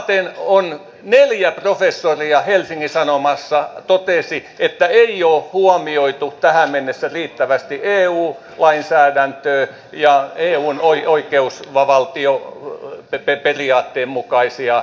samaten on neljä professoria helsingin sanomissa todennut että ei ole huomioitu tähän mennessä riittävästi eu lainsäädäntöä ja euhun on oikeus vaan valtio eun oikeusvaltioperiaatteen mukaisia säännöksiä